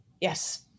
Yes